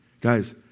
Guys